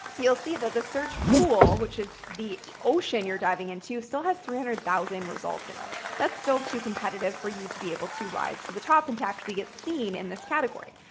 you'll see that the search pool, which is the ocean you're diving into, still has three hundred thousand results in it. that's still too competitive for you to be able to rise to the top and to actually get seen in this category.